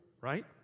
Right